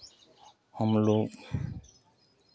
हमलोग